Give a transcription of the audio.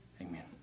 amen